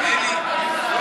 אתה לחצת על